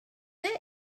there